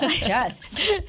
Yes